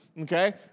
Okay